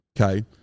Okay